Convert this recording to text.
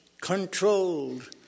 controlled